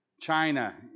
China